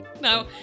No